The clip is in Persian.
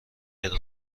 امکان